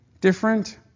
different